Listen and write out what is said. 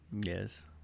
Yes